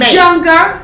younger